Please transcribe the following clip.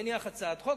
אני אניח הצעת חוק,